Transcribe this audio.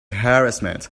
harassment